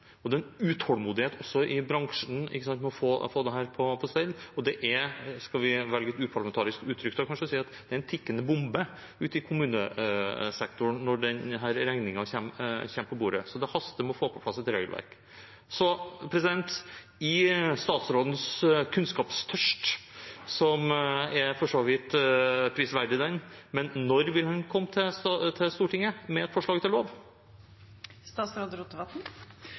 Det er en utålmodighet også i bransjen etter å få dette på stell. Og det er – hvis jeg skal velge et kanskje uparlamentarisk utrykk – en tikkende bombe ute i kommunesektoren når denne regningen kommer på bordet, så det haster med å få på plass et regelverk. Statsrådens kunnskapstørst er for så vidt prisverdig, men når vil han komme til Stortinget med et forslag til lov?